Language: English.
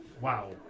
wow